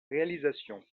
réalisation